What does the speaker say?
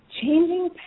changing